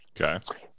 Okay